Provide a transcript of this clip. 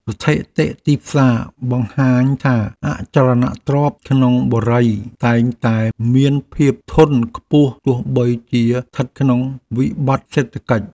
ស្ថិតិទីផ្សារបង្ហាញថាអចលនទ្រព្យក្នុងបុរីតែងតែមានភាពធន់ខ្ពស់ទោះបីជាស្ថិតក្នុងវិបត្តិសេដ្ឋកិច្ច។